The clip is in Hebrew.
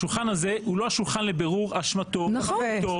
השולחן הזה הוא לא השולחן לבירור אשמתו או חפותו של דרעי.